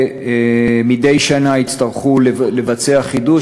ומדי שנה יצטרכו לבצע חידוש.